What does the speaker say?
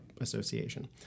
Association